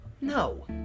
No